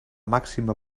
màxima